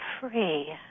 free